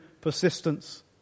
persistence